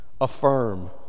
affirm